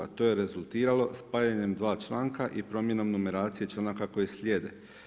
To je rezultiralo spajanjem dva članka i promjenom numeracije članaka koji slijede.